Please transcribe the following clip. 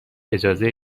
اجازه